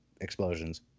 explosions